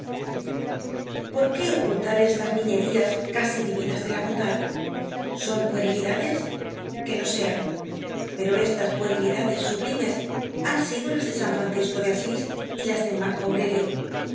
por qué ocultar estas niñerías casi divinas de la bondad son puerilidades que lo sean pero estas puerilidades sublimes han sido las de san francisco de asis y las de marco aurelio